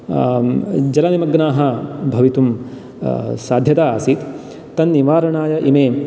जलनिमग्नाः भवितुं साध्यता आसीत् तन्निवारणाय इमे